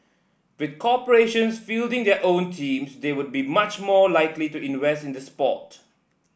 with corporations fielding their own teams they would be much more likely to invest in the sport